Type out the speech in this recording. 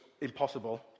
impossible